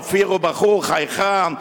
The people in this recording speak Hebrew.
אופיר הוא בחור חייכן,